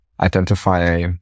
identify